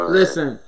listen